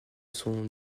sont